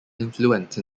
influence